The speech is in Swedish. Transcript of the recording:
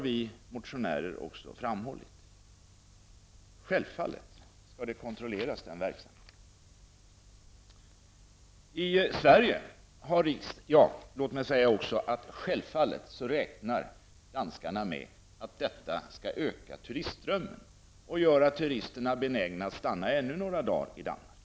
Vi motionärer har också framhållit att verksamheten självfallet skall kontrolleras. Danskarna räknar självfallet med att detta skall öka turistströmmen och göra turisterna benägna att stanna ytterligare några dagar i Danmark.